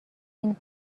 این